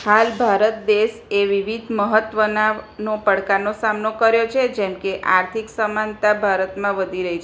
હાલ ભારત દેશ એ વિવિધ મહત્ત્વના નો પડકારનો સામનો કર્યો છે જેમકે આર્થિક સમાનતા ભારતમાં વધી રહી છે